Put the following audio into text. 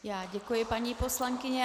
Já děkuji paní poslankyni.